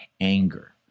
anger